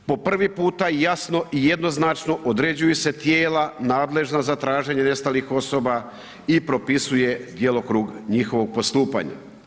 Po prvi puta jasno i jednoznačno određuju se tijela nadležna za traženje nestalih osoba i propisuje djelokrug njihovog postupanja.